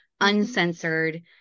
uncensored